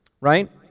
Right